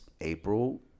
April